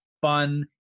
fun